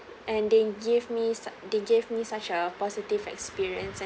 and they give me such they gave me such a positive experience and